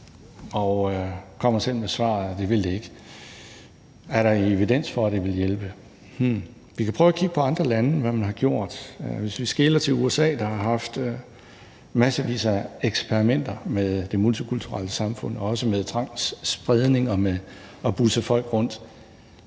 de kommer selv med svaret, at det vil det ikke. Er der evidens for, at det vil hjælpe? Vi kan prøve at kigge på, hvad man har gjort i andre lande, og vi kan skele til USA, der har haft massevis af eksperimenter med det multikulturelle samfund, med tvangsspredning og med at busse folk rundt.